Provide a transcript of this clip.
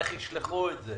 איך ישלחו את זה?